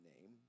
name